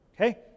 Okay